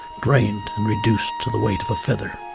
drained and reduced to the weight of a feather.